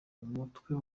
umutwe